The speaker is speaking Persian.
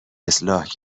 اصلاح